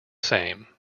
same